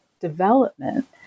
development